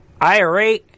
IRA